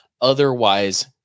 otherwise